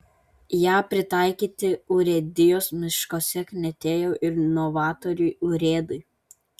ją pritaikyti urėdijos miškuose knietėjo ir novatoriui urėdui